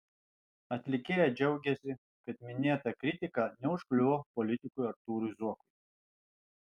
atlikėja džiaugiasi kad minėta kritika neužkliuvo politikui artūrui zuokui